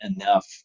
enough